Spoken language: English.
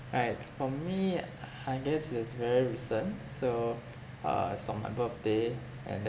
right for me I guess it's very recent so uh it's on my birthday and then